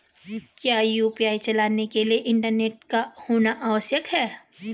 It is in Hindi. क्या यु.पी.आई चलाने के लिए इंटरनेट का होना आवश्यक है?